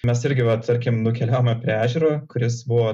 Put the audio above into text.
mes irgi va tarkim nukeliavome prie ežero kuris buvo